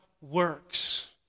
works